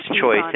choice